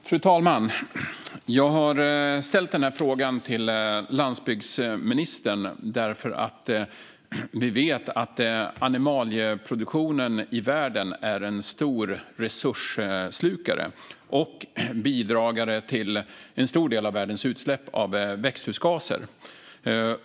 Fru talman! Jag har ställt den här frågan till landsbygdsministern därför att vi vet att animalieproduktionen i världen är en stor resursslukare och bidrar till en stor del av världens utsläpp av växthusgaser.